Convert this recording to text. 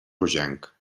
rogenc